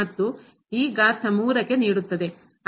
ಆದ್ದರಿಂದ ಇದು ಮತ್ತು ಈ ಘಾತ 3 ಕ್ಕೆ ನೀಡುತ್ತದೆ